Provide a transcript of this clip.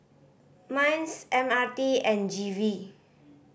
MINDS M R T and G V